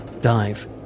dive